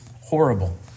horrible